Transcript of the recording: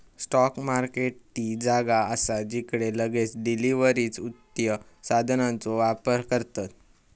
spot market ती जागा असा जिकडे लगेच डिलीवरीक वित्त साधनांचो व्यापार करतत